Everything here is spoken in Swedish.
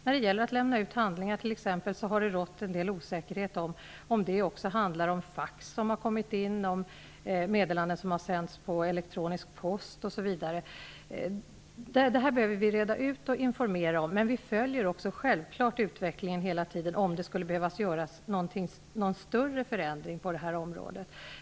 När det gäller att lämna ut handlingar t.ex. har det rått en del osäkerhet om huruvida det också gäller faxmeddelanden, meddelanden som sänts via elektronisk post osv. Det behöver vi reda ut och informera om, men vi följer också självklart utvecklingen hela tiden för att se om det skulle behöva göras någon större förändring.